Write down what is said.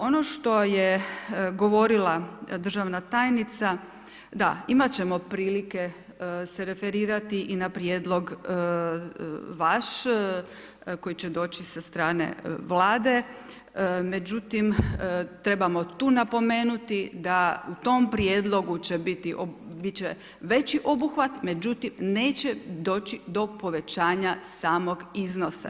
Ono što je govorila državna tajnica da, imati ćemo prilike se referirati i na prijedlog vaš, koji će doći sa strane Vlade, no međutim, trebamo tu napomenuti, da u tom prijedlogu će biti veći obuhvat, međutim, neće doći do povećanja samog iznosa.